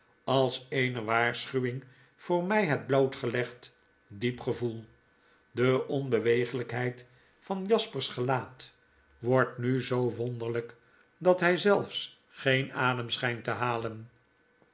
als eene waarschuwing voor my hebtblootgelegd diep gevoel x e onbeweeglijkheid van jasper's gelaatwbrdt nu zoo wonderip dat hy zelfs geen adem schpt te halen